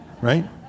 Right